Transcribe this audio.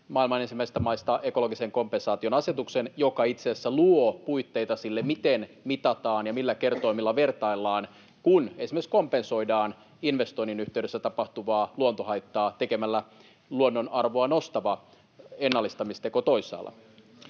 maailman ensimmäisistä maista ekologisen kompensaation asetuksen, joka itse asiassa luo puitteita sille, miten mitataan ja millä kertoimilla vertaillaan, kun esimerkiksi kompensoidaan investoinnin yhteydessä tapahtuvaa luontohaittaa tekemällä luonnonarvoa nostava ennallistamisteko toisaalla.